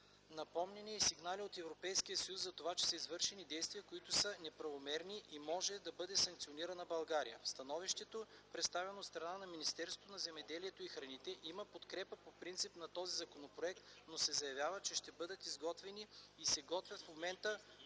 напомняне и сигнали от Европейския съюз за това, че са извършвани действия, които са неправомерни и България може да бъде санкционирана. В становището, представено от страна на Министерството на земеделието и храните, има подкрепа по принцип на този законопроект, но се заявява, че ще бъдат изготвени и се готвят в момента